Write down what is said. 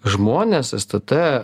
žmonės stt